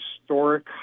historic